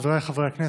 חבריי חברי הכנסת,